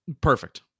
Perfect